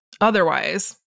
Otherwise